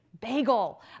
Bagel